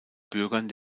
bürgern